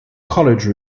college